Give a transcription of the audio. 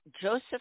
Joseph